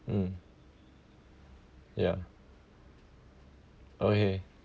mm ya okay